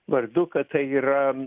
vardu kad tai yra